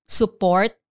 support